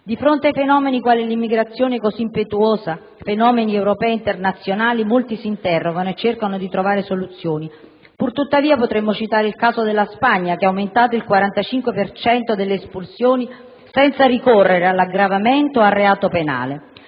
Di fronte a fenomeni quali un'immigrazione così impetuosa, fenomeni europei e internazionali, molti si interrogano e cercano di trovare soluzioni. Purtuttavia, potremmo citare il caso della Spagna che ha aumentato del 45 per cento le espulsioni senza ricorrere all'aggravamento e al reato penale.